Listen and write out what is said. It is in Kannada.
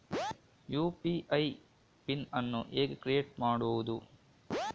ಯು.ಪಿ.ಐ ಪಿನ್ ಅನ್ನು ಹೇಗೆ ಕ್ರಿಯೇಟ್ ಮಾಡುದು?